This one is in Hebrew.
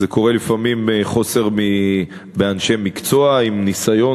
זה קורה לפעמים מחוסר באנשי מקצוע עם ניסיון